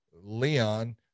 Leon